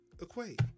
Equate